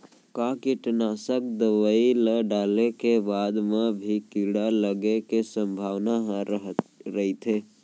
का कीटनाशक दवई ल डाले के बाद म भी कीड़ा लगे के संभावना ह रइथे?